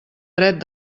dret